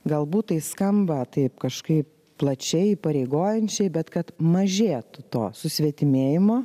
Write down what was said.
galbūt tai skamba taip kažkaip plačiai įpareigojančiai bet kad mažėtų to susvetimėjimo